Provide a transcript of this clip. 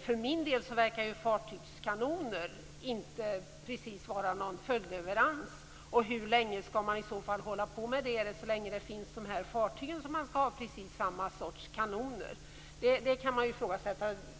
För min del verkar fartygskanoner inte precis vara någon följdleverans. Hur länge skall man i så fall hålla på med det - så länge fartygen finns och skall ha precis samma sorts kanoner? Detta kan ifrågasättas.